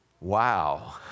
Wow